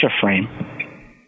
frame